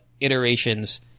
iterations